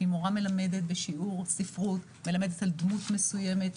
שאם מורה מלמדת בשיעור ספרות על דמות מסוימת,